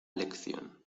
lección